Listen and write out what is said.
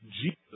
Jesus